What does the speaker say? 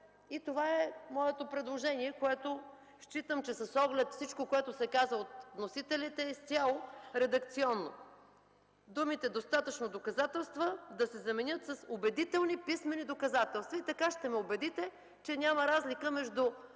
Това е моето предложение, което смятам, че с оглед на всичко казано от вносителите, е изцяло редакционно. Думите „достатъчно доказателства” да се заменят с „убедителни писмени доказателства”. Така ще ме убедите, че няма разлика между